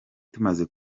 tumaze